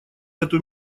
эту